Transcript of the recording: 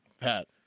Pat